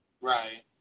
Right